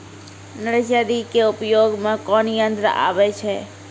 Nursery के उपयोग मे कोन यंत्र आबै छै?